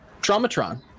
Traumatron